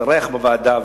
שהתארח בוועדה,